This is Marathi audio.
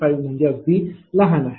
085 म्हणजे अगदी लहान आहे